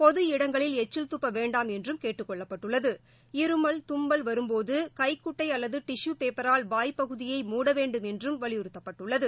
பொது இடங்களில் எச்சில் துப்பவேண்டாம் என்றும் கேட்டுக் கொள்ளப்பட்டுள்ளது இருமல் தும்பல் வரும்போதுகைகுட்டைஅல்லதுடிசிவ் பேப்பரால் வாய் பகுதியை மூட வேண்டும் என்றும் வலியுறுத்தப்பட்டது